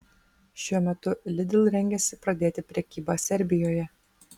šiuo metu lidl rengiasi pradėti prekybą serbijoje